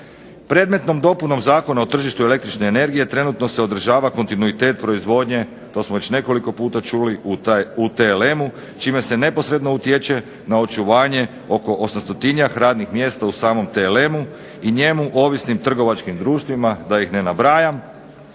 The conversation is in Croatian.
Predmetnom dopunom Zakona o tržištu električne energije trenutno se odražava kontinuitet proizvodnje to smo već nekoliko puta čuli u TLM-u čime se neposredno utječe na očuvanje oko osamstotinjak radnih mjesta u samom TLM-u i njemu ovisnim trgovačkim društvima da ih ne nabrajam,